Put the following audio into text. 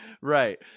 Right